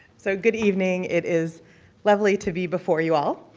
so good evening. it is lovely to be before you all.